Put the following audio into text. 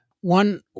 One